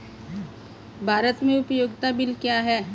भारत में उपयोगिता बिल क्या हैं?